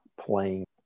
playing